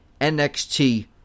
NXT